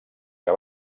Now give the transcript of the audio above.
que